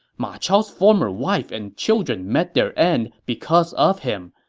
ma chao's former wife and children met their end because of him,